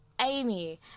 Amy